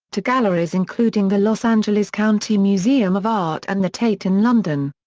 to galleries including the los angeles county museum of art and the tate in london.